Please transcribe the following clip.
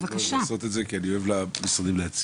אני לא אוהב לעשות את זה כי אני אוהב למשרדים להציע.